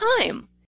time